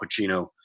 Pacino